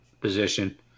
position